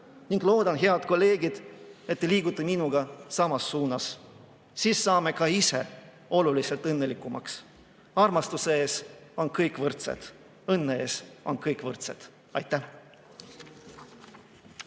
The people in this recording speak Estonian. Loodan, head kolleegid, et te liigute minuga samas suunas, siis saame ka ise oluliselt õnnelikumaks. Armastuse ees on kõik võrdsed. Õnne ees on kõik võrdsed. Aitäh!